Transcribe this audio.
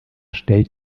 stellt